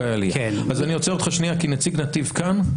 אז אני עוצר אותך שנייה, כי נציג נתיב כאן.